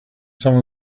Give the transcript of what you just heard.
some